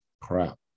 crap